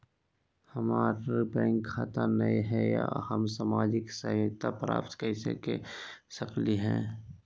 हमार बैंक खाता नई हई, हम सामाजिक सहायता प्राप्त कैसे के सकली हई?